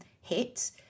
hit